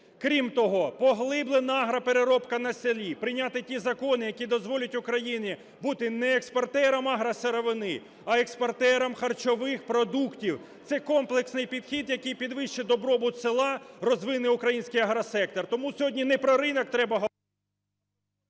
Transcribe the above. Крім того, поглиблена агропереробка на селі, прийняти ті закони, які дозволять Україні бути не експортером агросировини, а експортером харчових продуктів. Це комплексний підхід, який підвищить добробут села, розвине український агросектор. Тому сьогодні не про ринок треба...